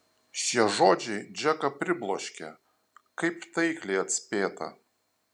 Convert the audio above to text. šie žodžiai džeką pribloškė kaip taikliai atspėta